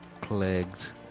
plagued